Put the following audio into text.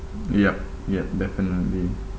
yup yup definitely